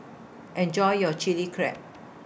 Enjoy your Chili Crab